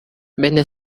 vende